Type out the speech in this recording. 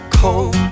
cold